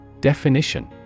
Definition